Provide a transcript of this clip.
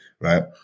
Right